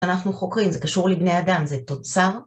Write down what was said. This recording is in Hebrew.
אנחנו חוקרים, זה קשור לבני אדם, זה תוצר.